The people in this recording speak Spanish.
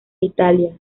italia